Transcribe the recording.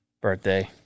birthday